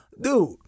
Dude